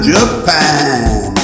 Japan